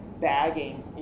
bagging